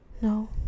no